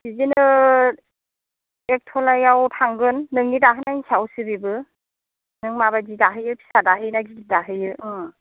बिदिनो एक थलायाव थांगोन नोंनि दाहोनायनि सायावसो बेबो नों माबायदि दाहोयो फिसा दाहोयोना गिदिर दाहोयो